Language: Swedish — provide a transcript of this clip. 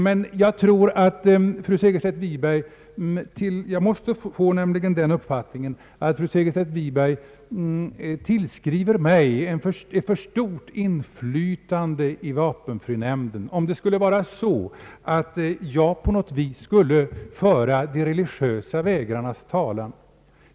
Men jag måste få den uppfattningen att fru Segerstedt Wiberg tillskriver mig ett för stort inflytande i vapenfrinämnden om hon tror att jag på något sätt skulle föra de religiösa vägrarnas talan.